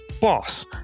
BOSS